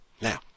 Now